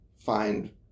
find